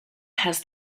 has